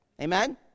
Amen